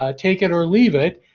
ah take it or leave it,